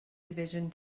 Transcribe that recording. division